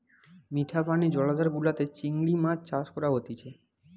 মিঠা পানি জলাধার গুলাতে চিংড়ি মাছ চাষ করা হতিছে